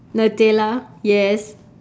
nutella yes